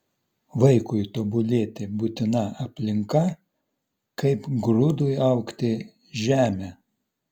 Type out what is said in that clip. vaikui tobulėti būtina aplinka kaip grūdui augti žemė